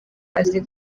azi